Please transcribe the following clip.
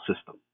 system